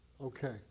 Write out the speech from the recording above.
Okay